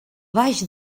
baix